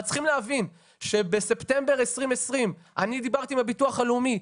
אבל צריכים להבין שבספטמבר 2020 אני דיברתי עם הביטוח הלאומי.